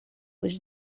was